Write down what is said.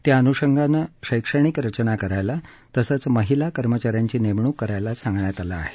त्या अनुषंगानं शैक्षणिक रचना करायला तसंच महिला कर्मचा यांची नेमणूक करायला सांगण्यात आलं आहे